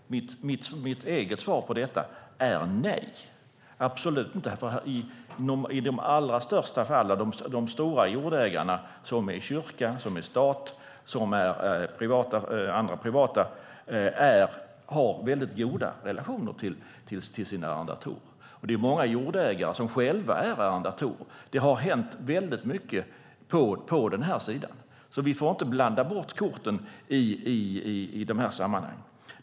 Mitt eget svar på frågan är nej, absolut inte, för i de allra flesta fall har de stora ägarna, som är kyrkan, staten och de privata, väldigt goda relationer till sina arrendatorer. Och det är många jordägare som själva är arrendatorer. Det har hänt väldigt mycket på det här området. Vi får inte blanda bort korten i de här sammanhangen.